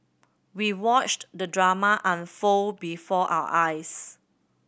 we watched the drama unfold before our eyes